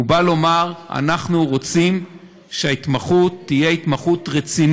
הוא בא לומר: אנחנו רוצים שההתמחות תהיה רצינית,